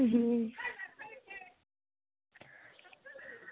হুম